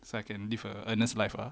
so I can live a earnest life ah